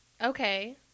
Okay